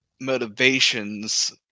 motivations